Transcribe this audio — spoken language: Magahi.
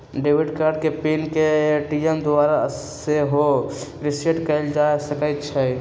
डेबिट कार्ड के पिन के ए.टी.एम द्वारा सेहो रीसेट कएल जा सकै छइ